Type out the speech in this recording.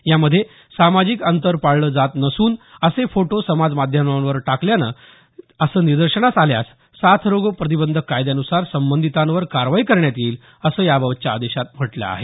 यामध्ये सामाजिक अंतर पाळलं जात नसून असे फोटो समाजमाध्यमांवर टाकल्याचे निदर्शनास आल्यास साथरोग प्रतिबंधक कायद्यानुसार संबंधितांवर कारवाई करण्यात येईल असं याबाबतच्या आदेशात म्हटलं आहे